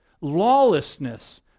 lawlessness